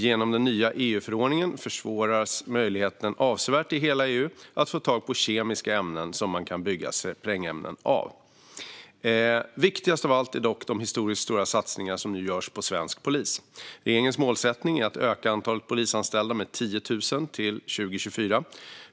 Genom den nya EU-förordningen försvåras möjligheten avsevärt i hela EU att få tag på kemiska ämnen som man kan bygga sprängämnen av. Viktigast av allt är dock de historiskt stora satsningar som nu görs på svensk polis. Regeringens målsättning är att öka antalet polisanställda med 10 000 till 2024.